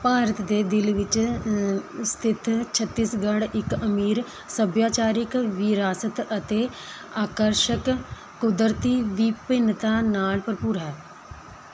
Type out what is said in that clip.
ਭਾਰਤ ਦੇ ਦਿਲ ਵਿੱਚ ਸਥਿਤ ਛੱਤੀਸਗੜ੍ਹ ਇੱਕ ਅਮੀਰ ਸੱਭਿਆਚਾਰਕ ਵਿਰਾਸਤ ਅਤੇ ਆਕਰਸ਼ਕ ਕੁਦਰਤੀ ਵਿਭਿੰਨਤਾ ਨਾਲ ਭਰਪੂਰ ਹੈ